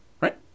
Right